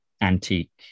antique